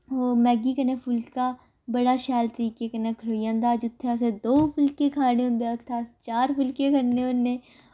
ओह् मैगी कन्नै फुल्का बड़ा शैल तरीके कन्नै खनोई जंदा जित्थें असें दो फुल्के खाने होंदे उत्थें अस चार फुल्के खन्ने होन्ने